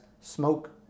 smoke